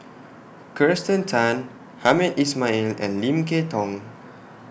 Kirsten Tan Hamed Ismail and Lim Kay Tong